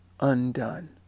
undone